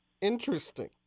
interesting